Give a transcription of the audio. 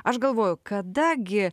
aš galvoju kada gi